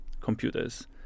computers